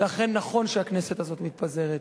ולכן נכון שהכנסת הזאת מתפזרת.